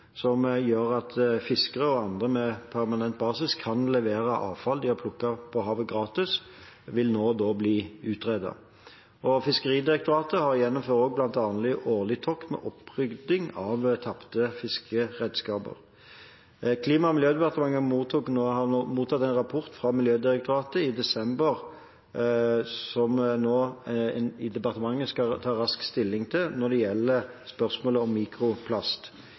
som gjør at fiskere og andre på permanent basis kan levere avfall de har plukket på havet, gratis – det vil nå bli utredet. Fiskeridirektoratet gjennomfører også årlige tokt med opprydding av tapte fiskeredskaper. Klima- og miljødepartementet mottok en rapport fra Miljødirektoratet i desember når det gjelder spørsmålet om mikroplast, som en i departementet skal ta raskt stilling til. I rapporten foreslås en rekke tiltak mot ulike kilder til mikroplast.